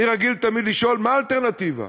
אני רגיל תמיד לשאול: מה האלטרנטיבה?